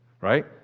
Right